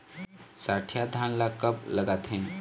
सठिया धान ला कब लगाथें?